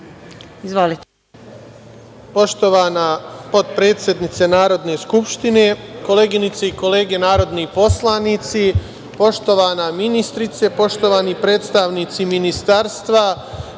Poštovana potpredsednice Narodne skupštine, koleginice i kolege narodni poslanici, poštovana ministrice, poštovani predstavnici Ministarstva,